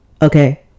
Okay